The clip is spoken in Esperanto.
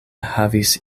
havis